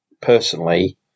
personally